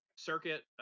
circuit